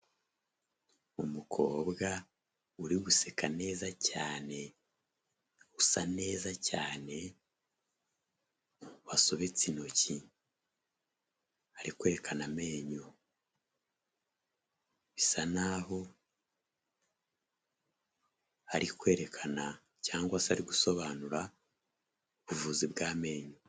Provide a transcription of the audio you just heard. Umukobwa uri guseka neza cyane, usa neza cyane, wasobetse intoki ari kwerekana amenyo, bisa naho ari kwerekana cyangwa se ari gusobanura ubuvuzi bw'amenyo.